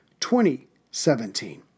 2017